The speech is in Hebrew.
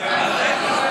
מילה שלי אנחנו בעד.